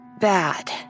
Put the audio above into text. Bad